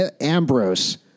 Ambrose